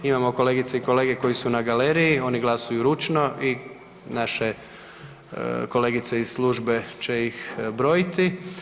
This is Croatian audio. Imamo kolegice i kolege koji su na galeriji, oni glasuju ručno i naše kolegice iz službe će ih brojiti.